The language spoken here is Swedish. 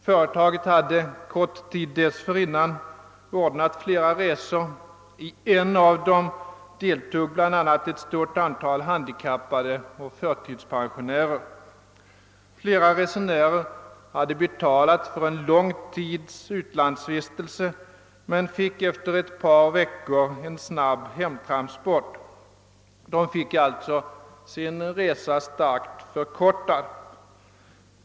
Företaget hade kort tid dessförinnan ordnat flera resor. I en av dem deltog bl.a. ett stort antal handikappade och förtidspensionärer. Flera resenärer hade betalat för en lång tids utlandsvistelse men fick efter ett par veckor en snabb hemtransport. Deras vistelse i utlandet blev alltså starkt förkortad.